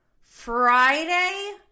friday